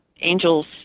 angels